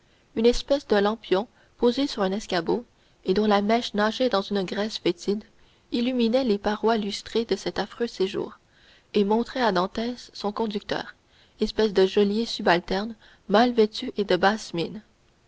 une espèce de lampion posé sur un escabeau et dont la mèche nageait dans une graisse fétide illuminait les parois lustrées de cet affreux séjour et montrait à dantès son conducteur espèce de geôlier subalterne mal vêtu et de basse mine